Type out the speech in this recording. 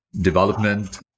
development